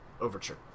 Overture